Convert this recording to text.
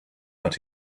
that